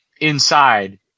inside